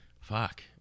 Fuck